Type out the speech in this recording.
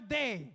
day